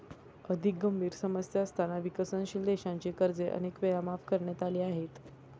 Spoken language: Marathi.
अधिक गंभीर समस्या असताना विकसनशील देशांची कर्जे अनेक वेळा माफ करण्यात आली आहेत